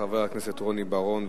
חבר הכנסת רוני בר-און,